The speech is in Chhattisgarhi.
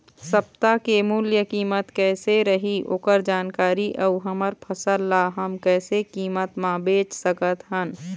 सप्ता के मूल्य कीमत कैसे रही ओकर जानकारी अऊ हमर फसल ला हम कैसे कीमत मा बेच सकत हन?